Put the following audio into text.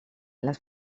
las